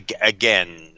again